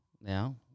now